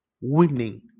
winning